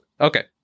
Okay